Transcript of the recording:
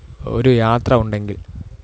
ഒരു യാത്ര ഉണ്ടെങ്കിൽ